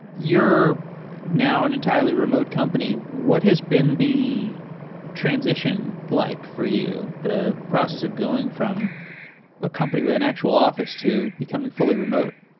you're now an entirely remote company. what has been the transition like for you? the process of going from a company with an actual office to becoming fully remote?